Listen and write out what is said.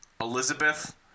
Elizabeth